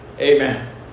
amen